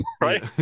Right